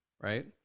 right